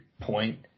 point